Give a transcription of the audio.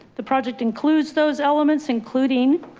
the project includes those elements, including